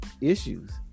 issues